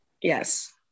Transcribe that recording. Yes